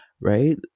right